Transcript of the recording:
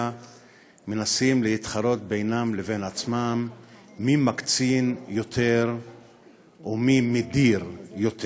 מנסים להתחרות בינם לבין עצמם מי מקצין יותר ומי מדיר יותר.